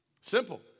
Simple